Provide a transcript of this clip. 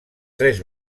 tres